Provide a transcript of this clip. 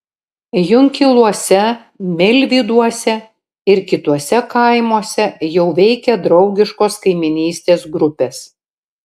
junkiluose milvyduose ir kituose kaimuose jau veikia draugiškos kaimynystės grupės